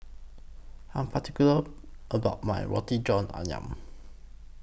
I'm particular about My Roti John Ayam